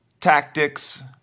tactics